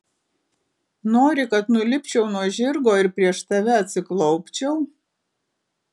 nori kad nulipčiau nuo žirgo ir prieš tave atsiklaupčiau